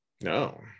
no